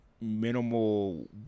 minimal